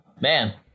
man